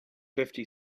fifty